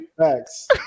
thanks